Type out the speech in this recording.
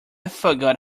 forgot